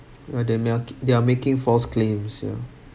where they ma~ they are making false claims ya